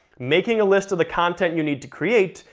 making a list of the content you need to create,